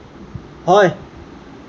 হয়